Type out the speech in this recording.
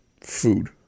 food